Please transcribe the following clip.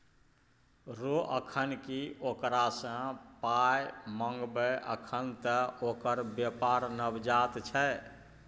रौ अखन की ओकरा सँ पाय मंगबै अखन त ओकर बेपार नवजात छै